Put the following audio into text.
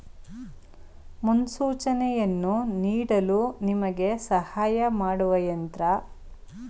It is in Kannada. ಮುನ್ಸೂಚನೆಯನ್ನು ನೀಡಲು ನಿಮಗೆ ಸಹಾಯ ಮಾಡುವ ಯಂತ್ರ ಯಾವುದು?